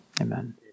Amen